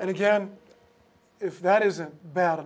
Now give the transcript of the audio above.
and again if that isn't bad